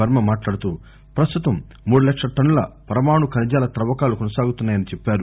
వర్మ మాట్లాడుతూ పస్తుతం మూడు లక్షల టస్నుల పరమాణు ఖనిజాల తవ్వకాలు కొనసాగుతున్నాయని చెప్పారు